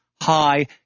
high